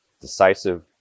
decisive